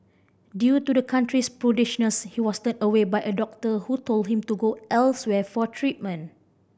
due to the country's prudishness he was turned away by a doctor who told him to go elsewhere for treatment